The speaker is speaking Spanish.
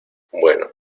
bueno